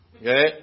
Okay